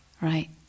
Right